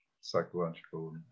psychological